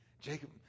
Jacob